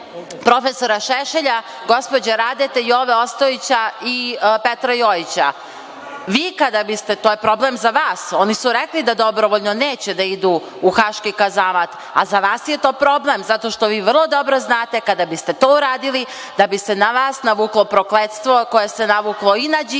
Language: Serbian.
profesora Šešelja, gospođe Radete, Jove Ostojića i Petra Jojića. To je problem za vas. Oni su rekli da dobrovoljno neće da idu u haški kazamat, a za vas je to problem zato što vi vrlo dobro znate da kada biste to uradili da bi se na vas navuklo prokletstvo koje se navuklo i na